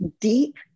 deep